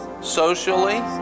socially